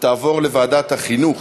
ותעבור לוועדת החינוך,